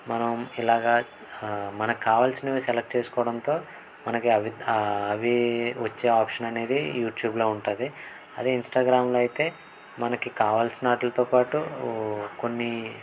మనం ఇలాగా మనకు కావాల్సినవి సెలెక్ట్ చేసుకోవడంతో మనకి అవి అవి వచ్చే ఆప్షన్ అనేది యూట్యూబ్లో ఉంటుంది అదే ఇన్స్టాగ్రామ్లో అయితే మనకి కావాల్సిన వాటితోపాటు కొన్ని